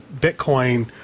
Bitcoin